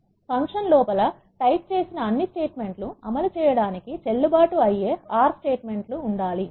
function లోపల type చేసిన అన్ని స్టేట్మెంట్ లు అమలు చేయడానికి చెల్లు బాటు అయ్యే ఆర్ R స్టేట్మెంట్ లు ఉండాలి